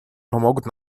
помогут